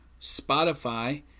Spotify